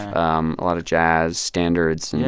um a lot of jazz standards. yeah.